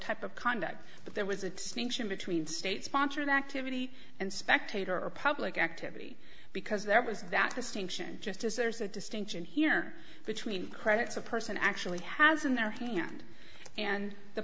type of conduct but there was a distinction between state sponsored activity and spectator a public activity because there was that distinction just as there's a distinction here between credits a person actually has in their hand and the